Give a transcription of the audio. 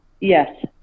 Yes